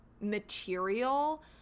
material